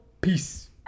peace